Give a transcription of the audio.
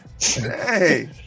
Hey